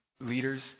leaders